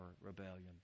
rebellion